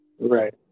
Right